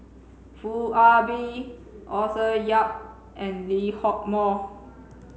Ah Bee Arthur Yap and Lee Hock Moh